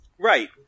Right